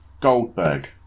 Goldberg